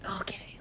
Okay